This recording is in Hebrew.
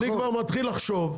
אני כבר מתחיל לחשוב,